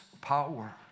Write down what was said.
power